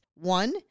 One